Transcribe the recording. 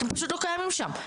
אתם פשוט לא קיימים שם.